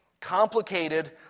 complicated